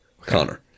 Connor